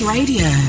Radio